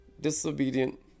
Disobedient